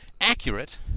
accurate